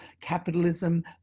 capitalism